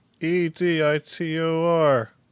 E-D-I-T-O-R